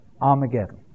Armageddon